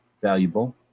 valuable